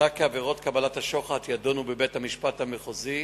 מוצע כי עבירות קבלת השוחד יידונו בבית-המשפט המחוזי